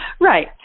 Right